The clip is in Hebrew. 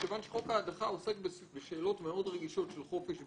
מכיוון שחוק ההדחה עוסק בשאלות מאוד רגישות של חופש ביטוי,